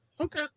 Okay